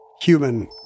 human